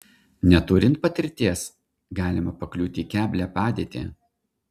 neturint patirties galima pakliūti į keblią padėtį